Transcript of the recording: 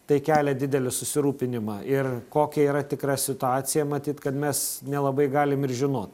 tai kelia didelį susirūpinimą ir kokia yra tikra situacija matyt kad mes nelabai galim ir žinot